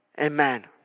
Amen